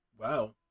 Wow